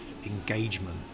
engagement